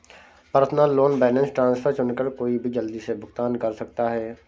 personal loan balance transfer चुनकर कोई भी जल्दी से भुगतान कर सकता है